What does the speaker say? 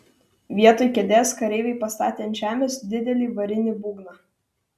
vietoj kėdės kareiviai pastatė ant žemės didelį varinį būgną